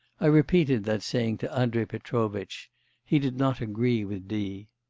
i repeated that saying to andrei petrovitch he did not agree with d.